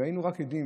היינו עדים